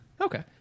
Okay